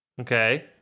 Okay